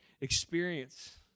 experience